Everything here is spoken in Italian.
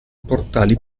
portali